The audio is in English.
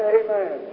amen